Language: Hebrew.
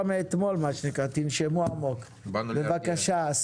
אלהרר, בבקשה.